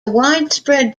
widespread